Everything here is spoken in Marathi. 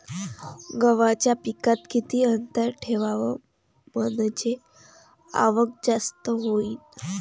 गव्हाच्या पिकात किती अंतर ठेवाव म्हनजे आवक जास्त होईन?